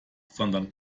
sondern